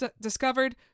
discovered